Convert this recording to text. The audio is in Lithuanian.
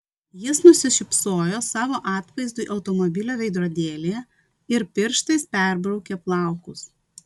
jis nusišypsojo savo atvaizdui automobilio veidrodėlyje ir pirštais perbraukė plaukus